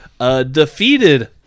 defeated